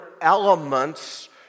elements